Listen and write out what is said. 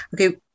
Okay